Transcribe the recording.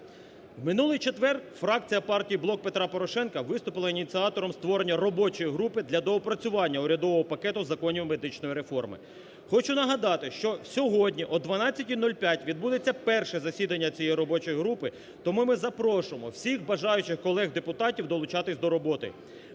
минулий четвер фракція Партії "Блок Петра Порошенка" виступила ініціатором створення робочої групи для доопрацювання урядового пакету законів медичної реформи. Хочу нагадати, що сьогодні о 12.05 відбудеться перше засідання цієї робочої групи, тому ми запрошуємо всіх бажаючих колег депутатів долучатись до роботи.